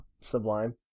Sublime